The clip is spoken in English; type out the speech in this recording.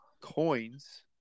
coins